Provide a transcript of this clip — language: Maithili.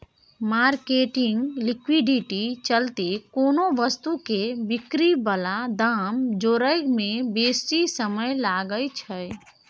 मार्केटिंग लिक्विडिटी चलते कोनो वस्तु के बिक्री बला दाम जोड़य में बेशी समय लागइ छइ